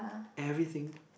everything